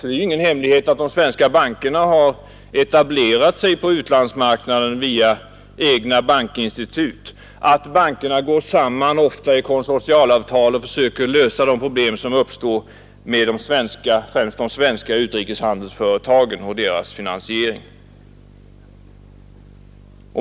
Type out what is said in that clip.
Det är ingen hemlighet att de svenska bankerna har etablerat sig på utlandsmarknaden genom egna bankinstitut och att bankerna genom konsortialavtal ofta går samman för att lösa de problem som uppstår för de svenska utrikeshandelsföretagen och deras finansiering.